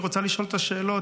היא רוצה לשאול את השאלות,